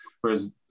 Whereas